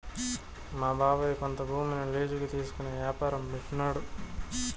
మా బాబాయ్ కొంత భూమిని లీజుకి తీసుకునే యాపారం పెట్టినాడు